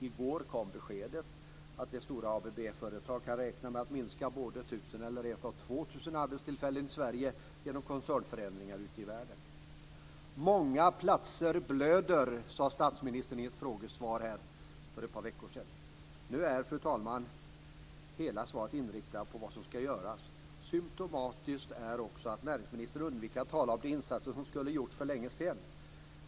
I går kom beskedet att det stora ABB-företaget kan räkna med att minska med 1 000 eller rent av 2 000 arbetstillfällen i Sverige genom koncernförändringar ute i världen. Många platser blöder, sade statsministern i ett frågesvar för ett par veckor sedan. Nu är, fru talman, hela svaret inriktat på vad som ska göras. Symtomatiskt är också att näringsministern undviker att tala om de insatser som skulle ha gjorts för länge sedan.